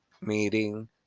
meeting